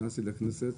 כשנכנסתי לכנסת,